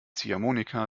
ziehharmonika